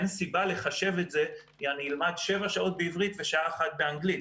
אין סיבה לחשב את זה: אני אלמד שבע שעות עברית ושעה אחת אנגלית.